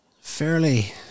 fairly